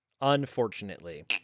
unfortunately